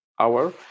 hour